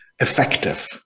effective